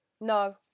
No